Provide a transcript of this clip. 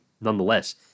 Nonetheless